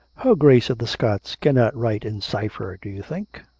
her grace of the scots cannot write in cypher, do you think?